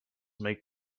make